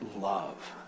love